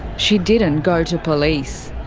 she didn't go to police.